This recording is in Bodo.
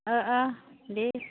अ अ देह